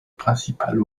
principale